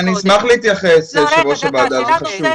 אני אשמח להתייחס, יושבת-ראש הוועדה, זה חשוב.